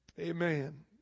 Amen